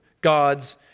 God's